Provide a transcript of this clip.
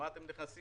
מה אתם נכנסים,